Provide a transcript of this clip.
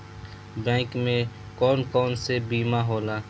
Bank में कौन कौन से बीमा होला?